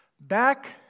Back